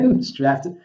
strapped